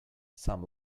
some